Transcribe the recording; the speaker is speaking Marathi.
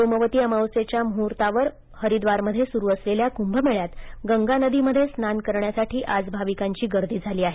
सोमवती अमावास्येच्या मुहूर्तावर हरिद्वारमध्ये सुरु असलेल्या कृभ मेळ्यात गंगानदीमध्ये स्नान करण्यासाठी आज भाविकांची गर्दी झाली आहे